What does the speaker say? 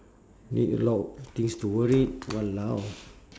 need a lot of things to worried !walao!